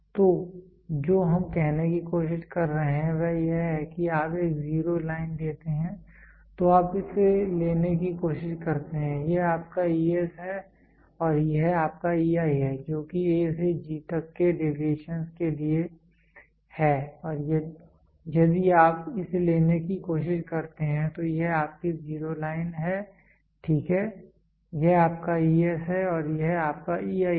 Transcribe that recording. तो जो हम कहने की कोशिश कर रहे हैं वह यह है कि आप एक जीरो लाइन लेते हैं तो आप इसे लेने की कोशिश करते हैं यह आपका ES है और यह आपका EI है जो कि A से G तक के डेविएशन के लिए है और यदि आप इसे लेने की कोशिश करते हैं तो यह आपकी जीरो लाइन है ठीक है यह आपका ES है और यह आपका EI है